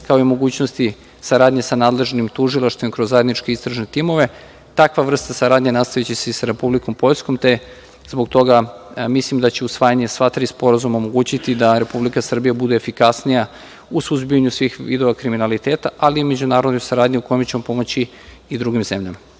kao i mogućnosti saradnje sa nadležnim tužilaštvom kroz zajedničke istražne timove. Takva vrsta saradnje nastaviće se i sa Republikom Poljskom. Zbog toga mislim da će usvajanje sva tri sporazuma omogućiti da Republika Srbija bude efikasnija u suzbijanju svih vidova kriminaliteta, ali i međunarodne saradnje u kojoj ćemo pomoći i drugim zemljama.